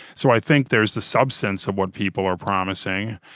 so, i think there's the substance of what people are promising,